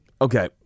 Okay